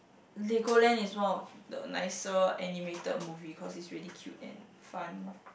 Legoland is one of the nicer animated movie cause is really cute and fun